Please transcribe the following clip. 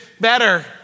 better